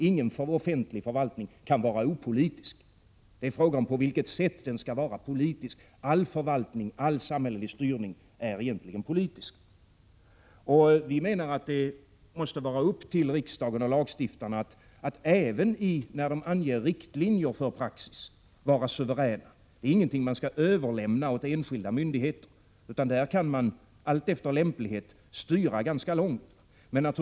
Ingen offentlig förvaltning kan vara opolitisk. All samhällelig styrning är egentligen politisk — frågan är bara på vilket sätt den skall vara politisk. Vi menar att riksdagen och lagstiftarna måste vara suveräna även när de anger riktlinjer för praxis. Detta är ingenting man skall överlämna åt enskilda myndigheter, utan här kan man allt efter lämplighet styra ganska långt.